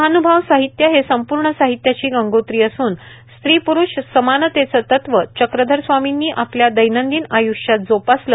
महान्भाव साहित्य हे संपूर्ण साहित्याची गंगोत्री असून स्त्री प्रुष समानतेचे तत्व चक्रधर स्वामींनी आपल्या दैनंदिन आय्ष्यात जोपासल